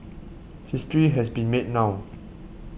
history has been made now